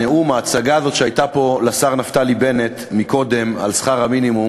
נאום ההצגה הזאת שהיה פה לשר נפתלי בנט קודם על שכר המינימום